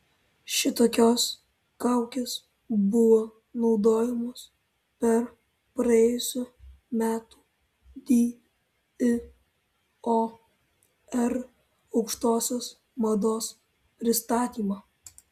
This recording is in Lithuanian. šitokios kaukės buvo naudojamos per praėjusių metų dior aukštosios mados pristatymą